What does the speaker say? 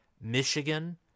Michigan